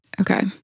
Okay